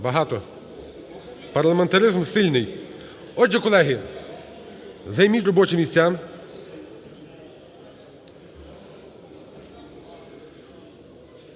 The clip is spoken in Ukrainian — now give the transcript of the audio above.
Багато. Парламентаризм сильний. Отже, колеги, займіть робочі місця.